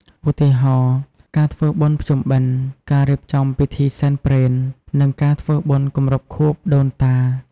ឧទាហរណ៍ ការធ្វើបុណ្យភ្ជុំបិណ្ឌ ការរៀបចំពិធីសែនព្រេន និងការធ្វើបុណ្យគម្រប់ខួបដូនតា។